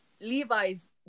Levi's